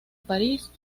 parís